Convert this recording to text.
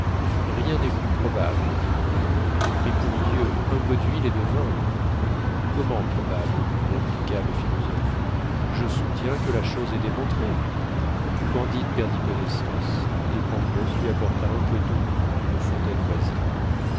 rien n'est plus probable dit candide mais pour dieu un peu d'huile et de vin comment probable répliqua le philosophe je soutiens que la chose est démontrée candide perdit connaissance et pangloss lui apporta un peu d'eau d'une fontaine voisine